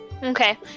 okay